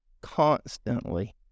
constantly